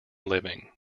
living